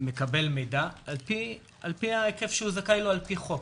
מקבל מידע על פי ההיקף שהוא זכאי לו על פי חוק,